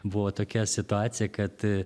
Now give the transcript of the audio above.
buvo tokia situacija kad